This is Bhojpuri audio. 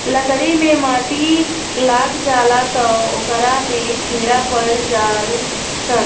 लकड़ी मे माटी लाग जाला त ओकरा में कीड़ा पड़ जाल सन